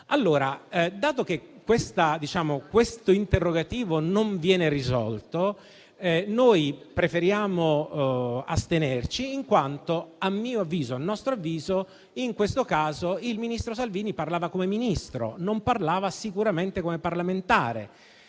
Ministri? Dato che questo interrogativo non viene risolto, noi preferiamo astenerci, in quanto a nostro avviso in questo caso il ministro Salvini parlava come Ministro e sicuramente non come parlamentare.